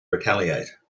retaliate